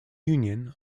union